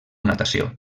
natació